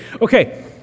Okay